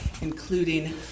Including